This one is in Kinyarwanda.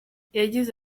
yagize